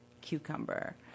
cucumber